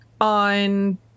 on